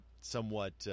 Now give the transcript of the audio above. somewhat